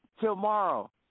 tomorrow